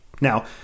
Now